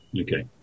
Okay